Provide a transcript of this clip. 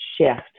shift